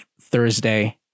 Thursday